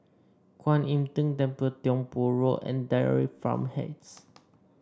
Kwan Im Tng Temple Tiong Poh Road and Dairy Farm Heights